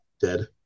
dead